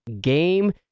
game